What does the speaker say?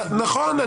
נכון.